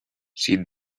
she